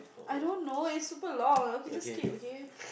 I don't know it's super long okay just skip okay